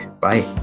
bye